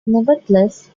nevertheless